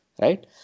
right